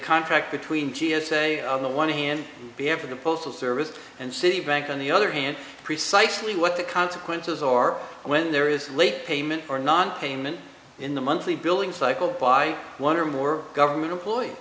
contract between t s a on the one hand be ever the postal service and citibank on the other hand precisely what the consequences are when there is late payment for nonpayment in the monthly billing cycle by one or more government employees